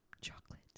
chocolate